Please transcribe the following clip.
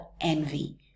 envy